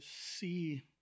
see